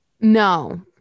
No